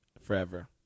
Forever